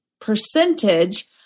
percentage